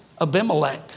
Abimelech